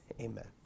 Amen